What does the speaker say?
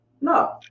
no